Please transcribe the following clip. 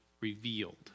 revealed